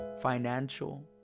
financial